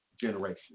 generation